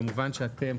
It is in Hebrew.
כמובן שאתם,